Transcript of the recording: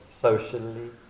socially